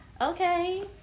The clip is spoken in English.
Okay